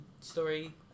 story